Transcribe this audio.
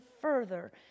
further